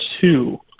two